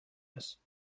است